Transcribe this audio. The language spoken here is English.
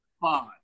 five